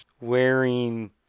wearing